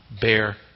bear